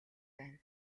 байна